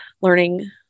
learning